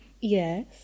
Yes